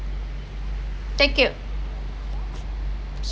thank you